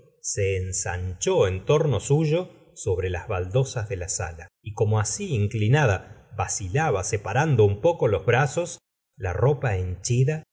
se ensanchó en torno suyo sobre las baldosas de la sala y como así inclinada vacilaba separando un poco los brazos la ropa